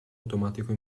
automatico